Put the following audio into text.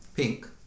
pink